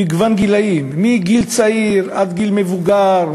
במגוון גילים, מגיל צעיר עד גיל מבוגר.